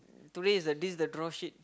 today is the this is the draw sheet